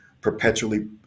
perpetually